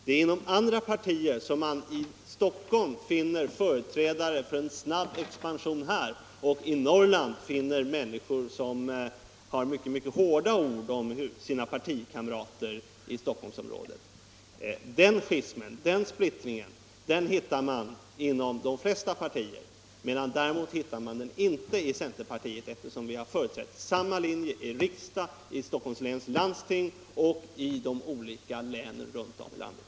Det är inom andra partier som man finner både förespråkare för och motståndare till en snabb expansion i Stockholmsområdet. I Norrland finns sålunda människor som har mycket hårda ord att säga om sina partikamrater i Stockholmsområdet. Den splittringen hittar man inom de flesta partier, däremot inte inom centerpartiet eftersom vi har företrätt samma linje i riksdagen, i Stockholms läns landsting och i de olika länen runt om i landet.